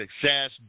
Success